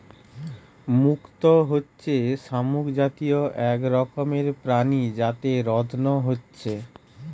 মুক্ত হচ্ছে শামুক জাতীয় এক রকমের প্রাণী যাতে রত্ন হচ্ছে